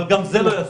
אבל גם זה לא יספיק.